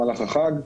במהלך החג.